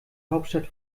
hauptstadt